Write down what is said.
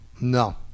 No